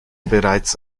bereits